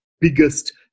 biggest